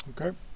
Okay